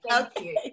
Okay